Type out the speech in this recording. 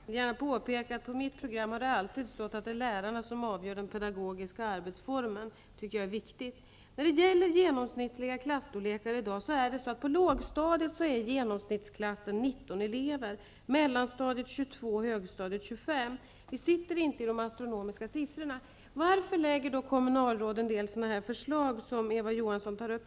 Fru talman! Jag vill gärna påpeka att på mitt program har det alltid stått att det är lärarna som avgör den pedagogiska arbetsformen, vilket jag anser vara viktigt. Vi har inte så astronomiska siffror som det gör gällande. Varför lägger då kommunalråden fram sådana här förslag som Eva Johasson tar upp?